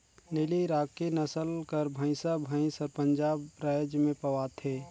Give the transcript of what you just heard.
नीली राकी नसल कर भंइसा भंइस हर पंजाब राएज में पवाथे